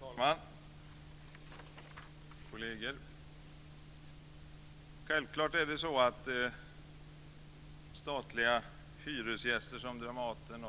Fru talman! Kolleger! Självklart är det så att statliga hyresgäster som Dramaten,